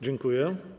Dziękuję.